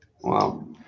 wow